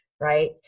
right